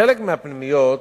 בחלק מהפנימיות